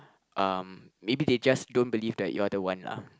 um maybe they just don't believe that you are the one lah